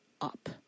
up